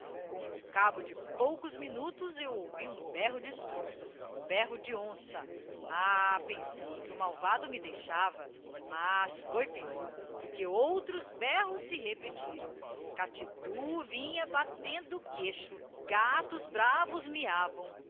com o cabo de poucos minutos eu ouvi um berro de estrondo um berro de onça ah pensei que o malvado me deixava mas foi peior porque outros berros se repetiram catita vinha batendo queixo gatos bravos miavam